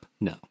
No